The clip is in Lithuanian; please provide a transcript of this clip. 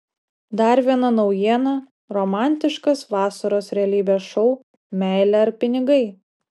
dar viena naujiena romantiškas vasaros realybės šou meilė ar pinigai